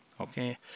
okay